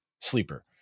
Sleeper